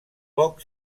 poc